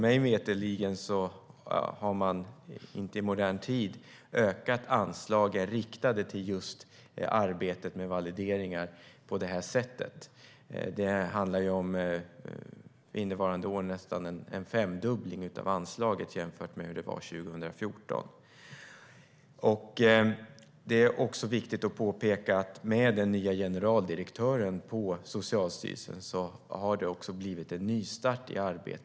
Mig veterligen har man inte tidigare i modern tid ökat anslag riktade till just arbetet med validering på det sättet. Det handlar under innevarande år om en nästan femdubbling av anslaget jämfört med hur det var 2014. Det är också viktigt att påpeka att med den nya generaldirektören på Socialstyrelsen har det blivit en nystart i arbetet.